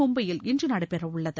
மும்பையில் இன்று நடைபெற உள்ளது